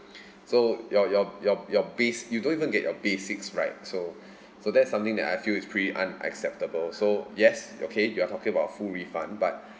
so your your your your base you don't even get your basics right so so that's something that I feel is pretty unacceptable so yes okay you are talking about full refund but